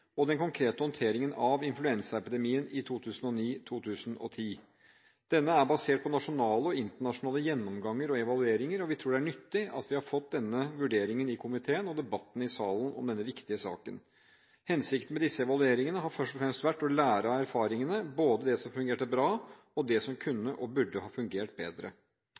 og den konkrete håndteringen av influensaepidemien i 2009–2010. Denne er basert på nasjonale og internasjonale gjennomganger og evalueringer, og vi tror det er nyttig at vi har fått denne vurderingen i komiteen og debatten i salen om denne viktige saken. Hensikten med disse evalueringene har først og fremst vært å lære av erfaringene – både det som fungerte bra, og det som kunne og burde ha fungert bedre.